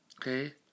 Okay